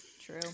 true